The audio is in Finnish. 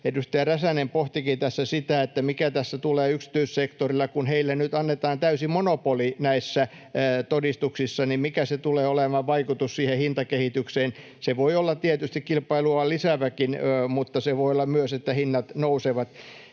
Edustaja Räsänen pohtikin tässä sitä, mikä tässä tulee yksityissektorilla, että kun heille nyt annetaan täysi monopoli näissä todistuksissa, niin mikä tulee olemaan sen vaikutus siihen hintakehitykseen. Se voi olla tietysti kilpailua lisääväkin, mutta voi olla myös, että hinnat nousevat.